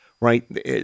Right